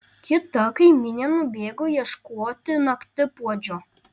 kita kaimynė nubėgo ieškoti naktipuodžio